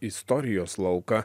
istorijos lauką